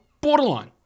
Borderline